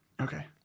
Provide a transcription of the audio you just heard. Okay